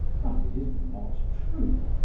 but it is not true.